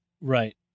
Right